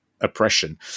oppression